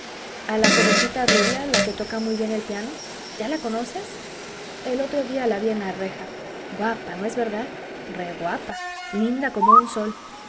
a la jovencita rubia la que toca muy bien el piano ya la conoces el otro día la vi en la reja guapa no es verdad reguapa linda como un sol